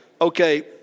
Okay